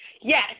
Yes